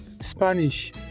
Spanish